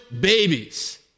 babies